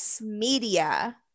media